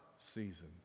season